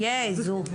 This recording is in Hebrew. יהיה איזוק.